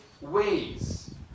ways